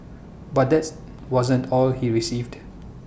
but that's wasn't all he received